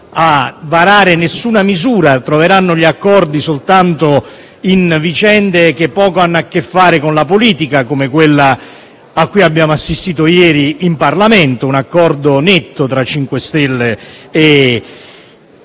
a varare nessuna misura e troveranno gli accordi soltanto su vicende che poco hanno a che fare con la politica, come quella a cui abbiamo assistito ieri in Parlamento: un accordo netto tra MoVimento